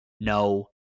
no